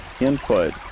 input